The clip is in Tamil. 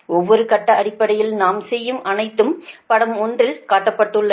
ஒவ்வொரு கட்ட அடிப்படையில் நாம் செய்யும் அனைத்தும் படம் 1 இல் காட்டபட்டுள்ளது